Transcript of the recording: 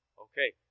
Okay